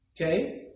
okay